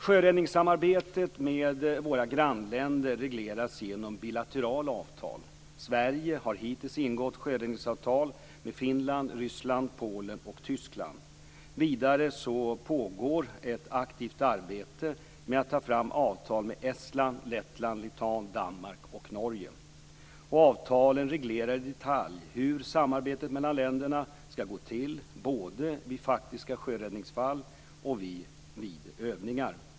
Sjöräddningssamarbetet med våra grannländer regleras genom bilaterala avtal. Sverige har hittills ingått sjöräddningsavtal med Finland, Ryssland, Polen och Tyskland. Vidare pågår ett aktivt arbete med att ta fram avtal med Estland, Lettland, Litauen, Danmark och Norge. Avtalen reglerar i detalj hur samarbetet mellan länderna ska gå till, både vid faktiska sjöräddningsfall och vid övningar.